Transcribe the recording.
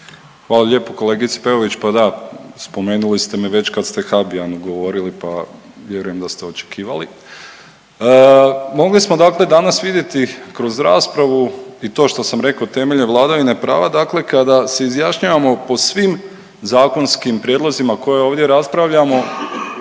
Hvala lijepo kolegice Peović. Pa da spomenuli ste već kad ste Habijanu govorili pa vjerujem da ste očekivali. Mogli smo dakle danas vidjeti kroz raspravu i to što sam rekao temeljem vladavine prava, dakle kada se izjašnjavamo po svim zakonskim prijedlozima koje ovdje raspravljamo